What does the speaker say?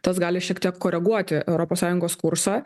tas gali šiek tiek koreguoti europos sąjungos kursą